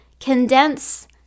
condense